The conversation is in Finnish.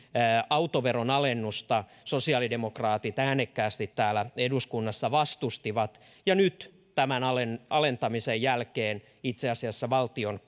autoveron alennusta sosiaalidemokraatit äänekkäästi täällä eduskunnassa vastustivat ja nyt tämän alentamisen jälkeen itse asiassa valtion